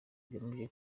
igamije